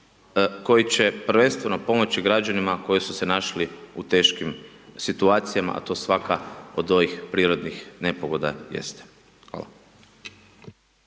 koji će prvenstveno pomoći građanima koji su se našli u teškim situacijama, a to svaka od ovih prirodnih nepogoda jeste.